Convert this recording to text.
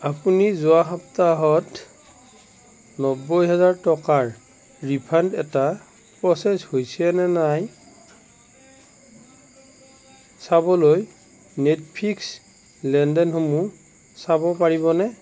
আপুনি যোৱা সপ্তাহত নব্বৈ হাজাৰ টকাৰ ৰিফাণ্ড এটা প্ৰ'চেছ হৈছে নে নাই চাবলৈ নেটফ্লিক্স লেনদেনসমূহ চাব পাৰিবনে